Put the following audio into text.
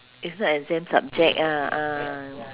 it's not exam subject ah ah